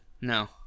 No